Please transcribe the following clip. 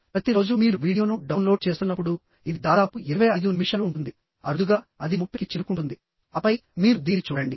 ప్రతి రోజు మీరు వీడియోను డౌన్లోడ్ చేస్తున్నప్పుడు ఇది దాదాపు 25 నిమిషాలు ఉంటుంది అరుదుగా అది 30 కి చేరుకుంటుంది ఆపై మీరు దీన్ని చూడండి